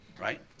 Right